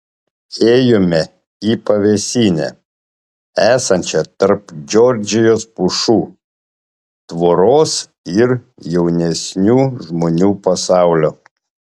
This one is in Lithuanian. ėjome į pavėsinę esančią tarp džordžijos pušų tvoros ir jaunesnių žmonių pasaulio